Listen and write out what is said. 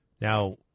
now